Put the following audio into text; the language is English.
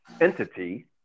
entity